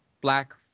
Black